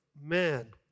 man